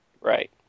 right